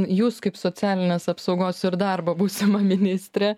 jūs kaip socialinės apsaugos ir darbo būsima ministrė